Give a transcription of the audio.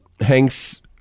Hanks